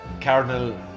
Cardinal